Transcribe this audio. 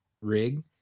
rig